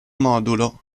modulo